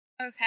Okay